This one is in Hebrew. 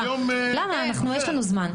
יש לנו זמן.